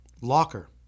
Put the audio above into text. locker